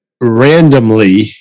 randomly